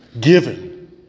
given